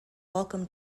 welcome